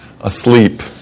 asleep